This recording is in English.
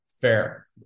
Fair